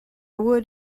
would